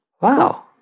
Wow